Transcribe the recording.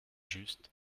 juste